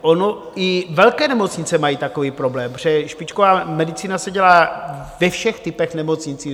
Ono i velké nemocnice mají takový problém, protože špičková medicína se dělá ve všech typech nemocnic.